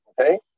okay